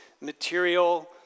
material